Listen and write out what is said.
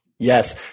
Yes